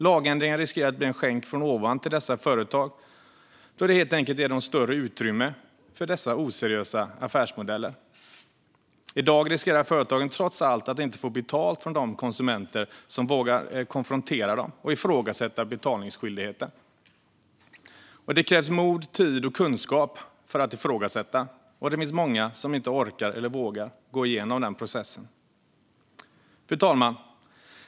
Lagändringen riskerar att bli en skänk från ovan till dessa företag, då den helt enkelt ger dem större utrymme för dessa oseriösa affärsmodeller. I dag riskerar företagen trots allt att inte få betalt från de konsumenter som vågar konfrontera dem och ifrågasätta betalningsskyldigheten. Det krävs mod, tid och kunskap för att ifrågasätta, och det finns många som inte orkar eller vågar gå igenom en sådan process. Fru talman!